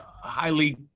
highly